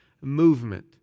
movement